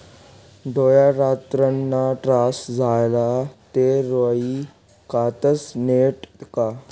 थॉयरॉईडना त्रास झाया ते राई खातस नैत का